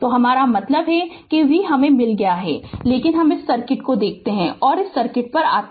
तो हमारा मतलब है कि V हमें मिल गया है लेकिन सर्किट को देखो सर्किट पे आइये